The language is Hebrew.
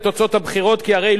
כי הרי לא אתם נבחרתם,